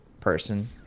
person